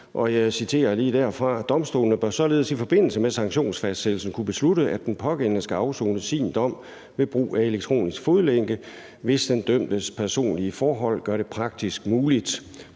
jeg citerer derfra: »Domstolene bør således i forbindelse med sanktionsfastsættelsen kunne beslutte, at den pågældende skal afsone sin dom ved brug af elektronisk fodlænke, hvis den dømtes personlige forhold gør dette praktisk muligt.